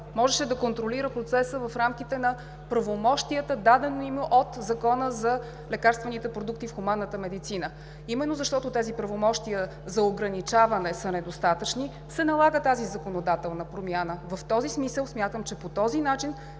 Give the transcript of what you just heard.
можеше да контролира процеса в рамките на правомощията, дадени им от Закона за лекарствените продукти в хуманната медицина. Именно защото тези правомощия за ограничаване са недостатъчни, се налага тази законодателна промяна. В този смисъл смятам, че по този начин